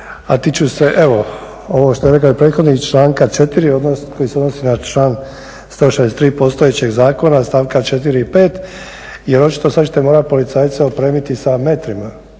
a tiču se ovo što je rekao i prethodnik, članka 4. koji se odnosi na članak 163. postojećeg zakona stavka 4. i 5. jer očito sad ćete morat policajca … sa metrima